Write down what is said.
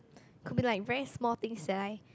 could be like very small things eh like